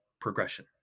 progression